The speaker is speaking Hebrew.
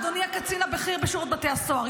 אדוני הקצין הבכיר בשירות בתי הסוהר,